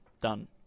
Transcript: Done